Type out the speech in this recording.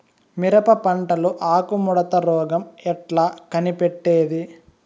మిరప పంటలో ఆకు ముడత రోగం ఎట్లా కనిపెట్టేది?